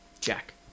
Jack